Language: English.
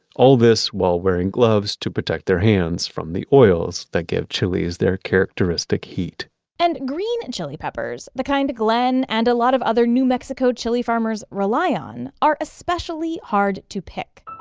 all this while wearing gloves to protect their hands from the oils that give chilis their characteristic heat and green and chili peppers, the kind glen and a lot of other new mexico chili farmers rely on, are especially hard to pick.